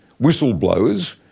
whistleblowers